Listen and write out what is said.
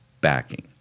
backing